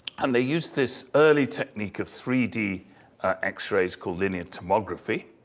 and they used this early technique of three d x-rays called linear tomography.